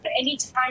Anytime